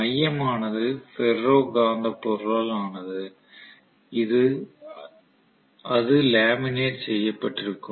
மையமானது ஃபெரோ காந்தப் பொருளால் ஆனதுஅது லேமினேட் செய்யப் பட்டிருக்கும்